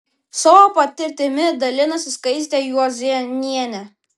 savo patirtimi dalinasi skaistė juozėnienė